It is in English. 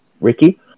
Ricky